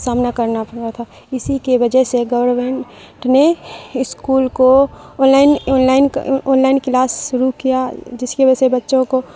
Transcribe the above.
سامنا کرنا پر رہا تھا اسی کے وجہ سے گورنمنٹ نے اسکول کو online online online class شروع کیا جس کی وجہ سے بچوں کو